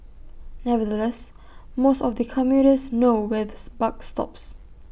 nevertheless most of the commuters know where the buck stops